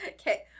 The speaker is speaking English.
Okay